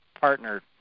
partner